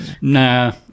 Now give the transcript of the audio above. Nah